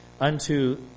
unto